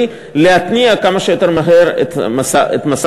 להתניע כמה שיותר מהר את המשא-ומתן.